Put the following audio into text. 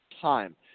time